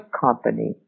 company